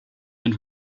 and